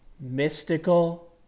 Mystical